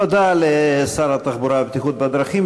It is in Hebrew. תודה לשר התחבורה והבטיחות בדרכים.